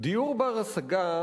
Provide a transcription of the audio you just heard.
דיור בר-השגה